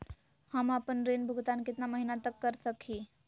हम आपन ऋण भुगतान कितना महीना तक कर सक ही?